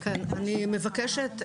אני מבקשת,